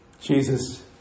Jesus